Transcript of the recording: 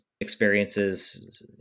experiences